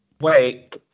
Wait